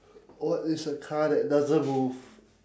what is a car that doesn't move